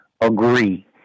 agree